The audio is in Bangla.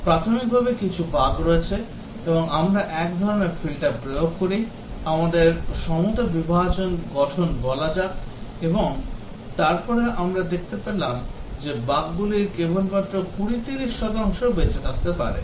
প্রাথমিকভাবে কিছু বাগ রয়েছে এবং আমরা এক ধরণের ফিল্টার প্রয়োগ করি আমাদের সমতা বিভাজন গঠন বলা যাক এবং তারপরে আমরা দেখতে পেলাম যে কিছু বাগগুলির কেবলমাত্র 20 30 শতাংশ বেঁচে থাকতে পারে